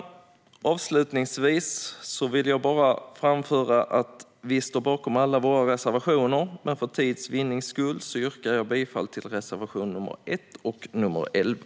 Jag vill avslutningsvis framföra att vi står bakom alla våra reservationer, men för tids vinnande yrkar jag bifall endast till reservationerna 1 och 11.